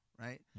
Right